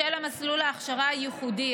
בשל מסלול ההכשרה הייחודי,